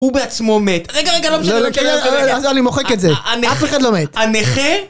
הוא בעצמו מת רגע רגע לא משנה אני מוחק את זה אף אחד לא מת הנכה